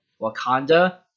Wakanda